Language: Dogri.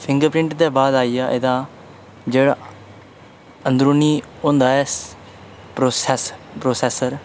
फिंगरप्रिंट दे बाद आइया एह्दा जेह्ड़ा अंदरूनी होंदा ऐ प्रोसेस प्रोसेसर